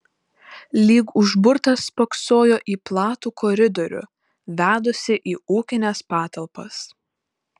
lyg užburtas spoksojo į platų koridorių vedusį į ūkines patalpas